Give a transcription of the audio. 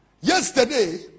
Yesterday